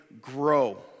grow